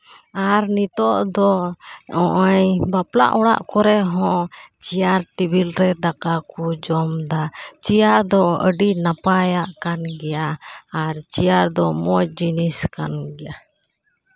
ᱟᱨ ᱱᱤᱛᱳᱜ ᱫᱚ ᱦᱚᱜᱼᱚᱸᱭ ᱵᱟᱯᱞᱟ ᱚᱲᱟᱜ ᱠᱚᱨᱮ ᱦᱚᱸ ᱪᱮᱭᱟᱨ ᱴᱮᱵᱤᱞ ᱨᱮ ᱫᱟᱠᱟ ᱠᱚ ᱡᱚᱢᱮᱫᱟ ᱪᱮᱭᱟᱨ ᱫᱚ ᱟᱹᱰᱤ ᱱᱟᱯᱟᱭᱟᱜ ᱠᱟᱱ ᱜᱮᱭᱟ ᱟᱨ ᱪᱮᱭᱟᱨ ᱫᱚ ᱢᱚᱡᱽ ᱡᱤᱱᱤᱥ ᱠᱟᱱ ᱜᱮᱭᱟ